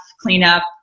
cleanup